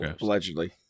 Allegedly